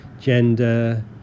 gender